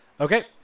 Okay